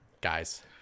guys